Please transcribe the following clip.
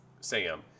Sam